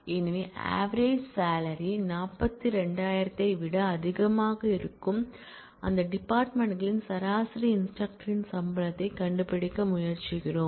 எனவே average salary 42000 ஐ விட அதிகமாக இருக்கும் அந்தத் டிபார்ட்மென்ட் களின் சராசரி இன்ஸ்டிரக்டரின் சம்பளத்தைக் கண்டுபிடிக்க முயற்சிக்கிறோம்